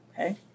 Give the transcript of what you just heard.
okay